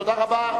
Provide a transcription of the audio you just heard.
תודה רבה.